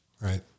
right